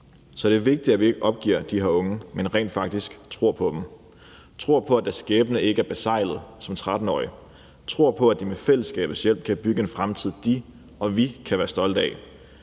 Så det er vigtigt, at vi ikke opgiver de her unge, men rent faktisk tror på dem – at vi tror på, at deres skæbne ikke er beseglet som 13-årige, og tror på, at de med fællesskabets hjælp kan bygge en fremtid, de og vi kan være stolte af.